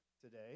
today